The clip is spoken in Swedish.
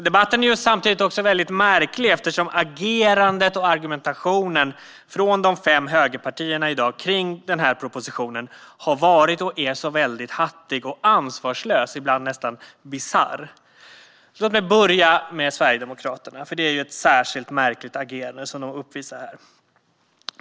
Debatten är samtidigt mycket märklig, eftersom agerandet och argumentationen från de fem högerpartierna i dag kring denna proposition har varit och är så hattig och ansvarslös, och ibland nästan bisarr. Låt mig börja med Sverigedemokraterna, eftersom de uppvisar ett särskilt märkligt agerande här.